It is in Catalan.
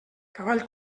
cavall